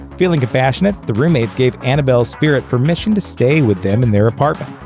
feeling compassionate, the roommates gave annabelle's spirit permission to stay with them in their apartment.